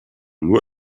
nur